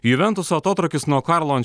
juventuso atotrūkis nuo karlo